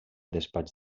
despatx